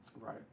Right